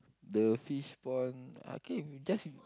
the fish pond I think you just